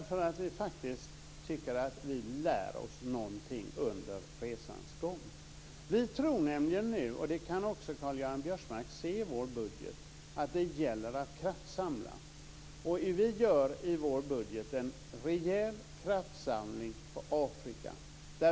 Fru talman! Vi tycker att vi lär oss någonting under resans gång. Vi tror nämligen nu - och det kan också Karl-Göran Biörsmark se i vår budget - att det gäller att kraftsamla. Vi gör i vår budget en rejäl kraftsamling på Afrika.